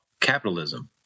capitalism